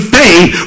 faith